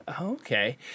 okay